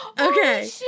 Okay